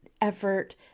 effort